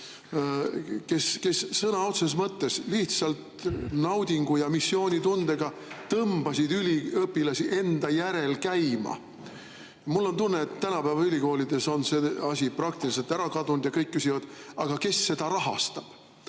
kes sõna otseses mõttes lihtsalt naudingu ja missioonitundega tõmbasid üliõpilasi enda järel käima. Mul on tunne, et tänapäeva ülikoolides on see asi praktiliselt ära kadunud ja kõik küsivad: aga kes seda rahastab?